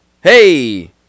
Hey